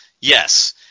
Yes